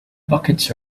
buckets